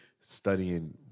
studying